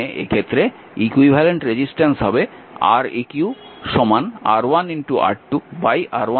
তার মানে এক্ষেত্রে ইকুইভ্যালেন্ট রেজিস্ট্যান্স হবে Req R1R2 R1 R2